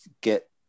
get